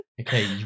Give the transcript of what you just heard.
Okay